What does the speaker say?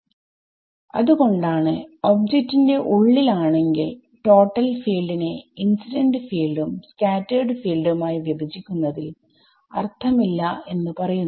വിദ്യാർത്ഥി അത്കൊണ്ടാണ് ഒബ്ജക്റ്റ് ന്റെ ഉള്ളിൽ ആണെങ്കിൽ ടോട്ടൽ ഫീൽഡ് നെ ഇൻസിഡന്റ് ഫീൽഡും സ്കാറ്റെർഡ് ഫീൽഡുമായി വിഭജിക്കുന്നതിൽ അർഥം ഇല്ല എന്ന് പറയുന്നത്